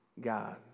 God